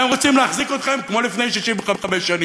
והם רוצים להחזיק אתכם כמו לפני 65 שנים.